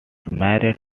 married